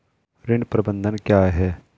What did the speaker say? ऋण प्रबंधन क्या है?